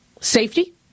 Safety